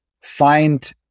find